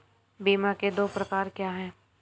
बीमा के दो प्रकार क्या हैं?